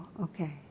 okay